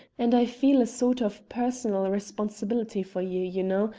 and i feel a sort of personal responsibility for you, you know,